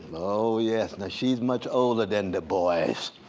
oh yes. now she's much older than du bois.